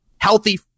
healthy